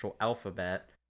alphabet